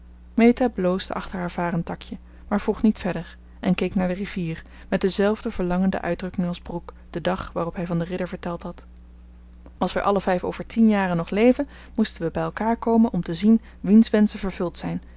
bloosde achter haar varentakje maar vroeg niet verder en keek naar de rivier met dezelfde verlangende uitdrukking als brooke den dag waarop hij van den ridder verteld had als wij alle vijf over tien jaren nog leven moesten we bij elkaar komen om te zien wiens wenschen vervuld zijn